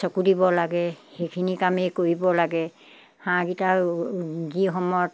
চকু দিব লাগে সেইখিনি কামেই কৰিব লাগে হাঁহকেইটা যি সময়ত